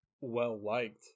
well-liked